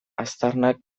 aztarnak